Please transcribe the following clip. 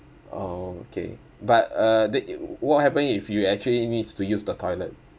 oh okay but uh the~ what happen if you actually needs to use the toilet